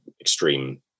extreme